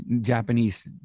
Japanese